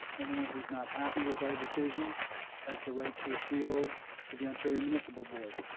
anyone who's not happy with our decision has the right to appeal to the ontario municipal board.